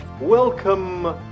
Welcome